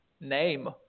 name